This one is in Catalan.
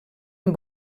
amb